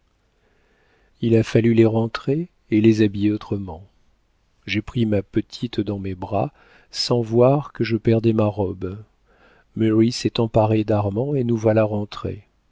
il a fallu les rentrer et les habiller autrement j'ai pris ma petite dans mes bras sans voir que je perdais ma robe mary s'est emparée d'armand et nous voilà rentrés